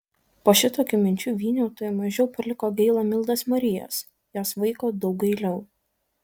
po šitokių minčių vyniautui mažiau paliko gaila mildos marijos jos vaiko daug gailiau